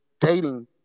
dating